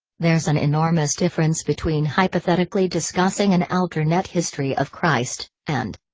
there's an enormous difference between hypothetically discussing an alternate history of christ, and.